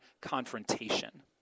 confrontation